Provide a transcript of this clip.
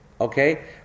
Okay